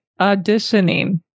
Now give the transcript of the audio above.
auditioning